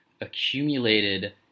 accumulated